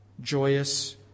joyous